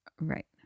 Right